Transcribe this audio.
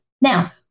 Now